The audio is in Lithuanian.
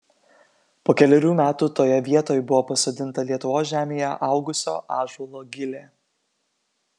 po kelerių metų toje vietoj buvo pasodinta lietuvos žemėje augusio ąžuolo gilė